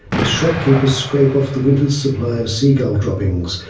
as shopkeepers scrape off the winter's supply of seagull droppings,